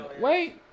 wait